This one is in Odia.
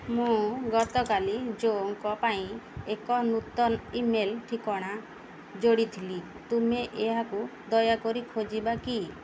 ମୁଁ ଗତକାଲି ଜୋଙ୍କ ପାଇଁ ଏକ ନୂତନ ଇମେଲ୍ ଠିକଣା ଯୋଡ଼ିଥିଲି ତୁମେ ଏହାକୁ ଦୟାକରି ଖୋଜିବା କି